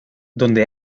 donde